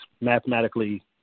mathematically